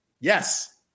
Yes